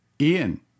Ian